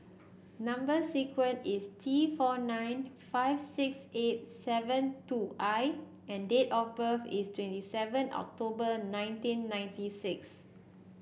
number sequence is T four nine five six eight seven two I and date of birth is twenty seven October nineteen ninety six